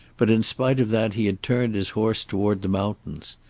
but in spite of that he had turned his horse toward the mountains.